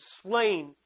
slain